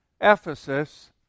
Ephesus